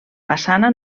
façana